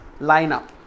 lineup